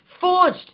forged